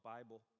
Bible